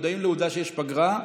מודעים לעובדה שיש פגרה.